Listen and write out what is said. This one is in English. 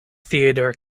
theodore